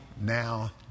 now